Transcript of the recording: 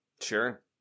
Sure